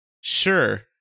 sure